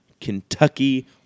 Kentucky